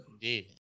Indeed